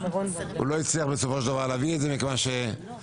הוא לא הצליח בסופו של דבר להביא את זה מכיוון שהאופוזיציה